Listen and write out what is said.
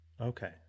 Okay